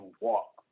walk